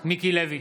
מיקי לוי,